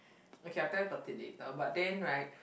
okay I will tell you about it later but then right